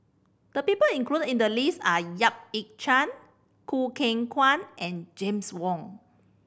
the people included in the list are Yap Ee Chian Choo Keng Kwang and James Wong